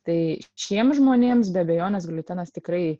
tai šiem žmonėms be abejonės gliutenas tikrai